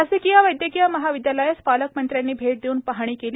शासकीय वैद्यकीय महाविदयालयास पालकमंत्री यांनी भेट देऊन पाहणी केली